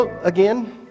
again